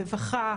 רווחה,